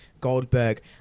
Goldberg